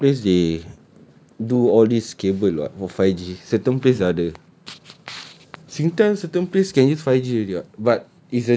cause my workplace they do all these cable what more five G certain place dah ada singtel certain place can use five G already [what] but